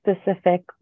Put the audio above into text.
specific